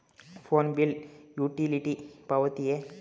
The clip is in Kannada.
ಫೋನ್ ಬಿಲ್ ಯುಟಿಲಿಟಿ ಪಾವತಿಯೇ?